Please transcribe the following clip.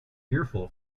fearful